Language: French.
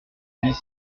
dix